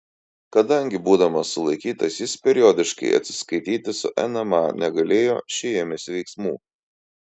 kadangi būdamas sulaikytas jis periodiškai atsiskaityti su nma negalėjo ši ėmėsi veiksmų